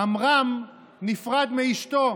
עמרם נפרד מאשתו,